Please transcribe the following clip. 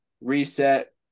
reset